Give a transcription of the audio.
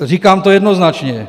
Říkám to jednoznačně.